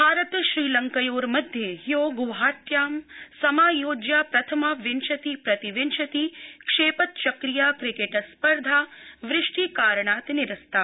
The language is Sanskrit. क्रिकेट् भारत श्रीलंकयोर्मध्ये हयो गुवाहाट्यां समायोज्या प्रथमा विंशति प्रतिविंशति क्षेपचक्रीया क्रिकेट्स्पर्धा वृष्टि करणात् निरस्ता